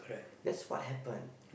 that's what happen